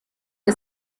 che